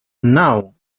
now